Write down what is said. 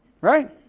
Right